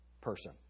person